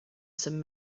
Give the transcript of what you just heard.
sum